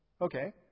Okay